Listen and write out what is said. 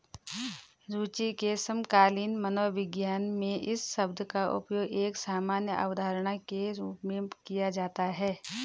रूचि के समकालीन मनोविज्ञान में इस शब्द का उपयोग एक सामान्य अवधारणा के रूप में किया जाता है